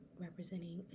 representing